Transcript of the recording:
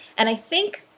and i think.